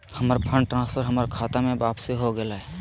हमर fund transfer हमर खता में वापसी हो गेलय